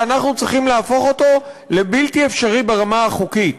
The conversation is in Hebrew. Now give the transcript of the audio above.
ואנחנו צריכים להפוך אותו לבלתי אפשרי ברמה החוקית.